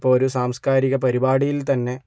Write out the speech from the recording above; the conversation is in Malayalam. ഇപ്പോൾ ഒരു സാംസ്കാരിക പരിപാടിയിൽ തന്നെ